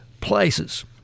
places